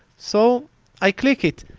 so i click it.